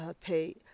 pay